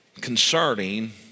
concerning